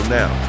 now